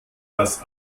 dass